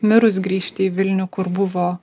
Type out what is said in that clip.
mirus grįžti į vilnių kur buvo